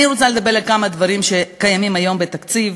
אני רוצה לדבר על כמה דברים שקיימים היום בתקציב